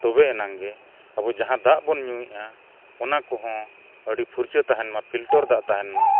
ᱛᱚᱵᱮ ᱮᱱᱟᱝ ᱜᱮ ᱟᱵᱚ ᱡᱟᱦᱟᱸ ᱫᱟᱜ ᱵᱚᱱ ᱧᱩᱭᱮᱫᱟ ᱚᱱᱟ ᱠᱚᱦᱚᱸ ᱟᱹᱰᱤ ᱯᱷᱩᱨᱪᱟᱹ ᱛᱟᱦᱮᱱ ᱢᱟ ᱫᱟᱜ ᱛᱟᱦᱮᱱ ᱢᱟ